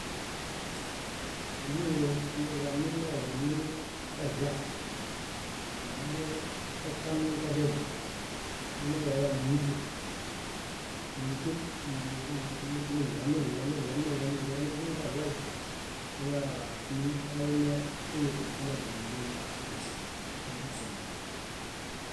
Amii amiḃamin kaɭo amiieɭeɂ, momuetamiġadiali, añaḃailaa níndiken. Óndiken niɭameɭa, niɭameɭa, niɭameɭa, niḃiŋemeḃiŋebuɭai, añalalaa míalemeeleṗ áñaḃaniźomo borosi; merembusombe.